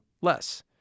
less